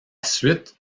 suite